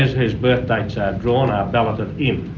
whose birth dates are drawn are balloted in.